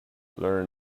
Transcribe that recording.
learn